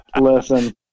listen